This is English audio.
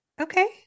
okay